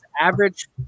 average